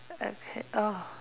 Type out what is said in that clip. okay oh